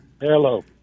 Hello